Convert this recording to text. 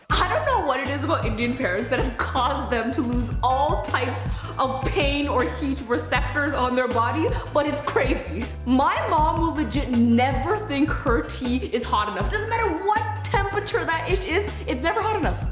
don't know what it is about indian parents that has caused them to loose all types of pain or heat receptors on their body but it's crazy. my mom will legit never think her tea is hot enough. doesn't matter what temperature that ish is, it's never hot enough.